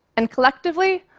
and collectively,